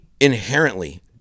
inherently